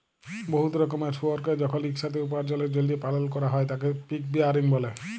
বহুত রকমের শুয়রকে যখল ইকসাথে উপার্জলের জ্যলহে পালল ক্যরা হ্যয় তাকে পিগ রেয়ারিং ব্যলে